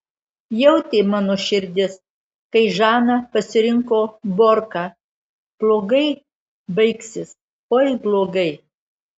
jautė mano širdis kai žana pasirinko borką blogai baigsis oi blogai